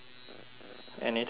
anything you want to say